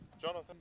Jonathan